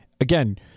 Again